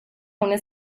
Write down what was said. una